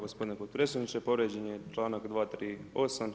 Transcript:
Gospodine potpredsjedniče, povrijeđen je članak 238.